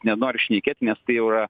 nenoriu šnekėt nes tai jau yra